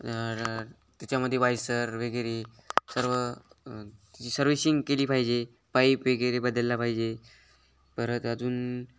तर त्याच्यामध्ये वायसर वगैरे सर्व सर्विशिंग केली पाहिजे पाईप वगैरे बदलला पाहिजे परत अजून